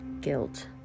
guilt